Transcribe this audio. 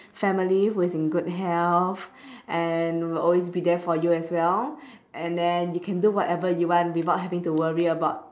family who is in good health and will always be there for you as well and then you can do whatever you want without having to worry about